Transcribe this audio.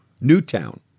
Newtown